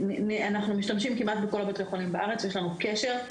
ואנחנו משתמשים כמעט בכל בתי החולים בארץ איתם יש לנו קשר.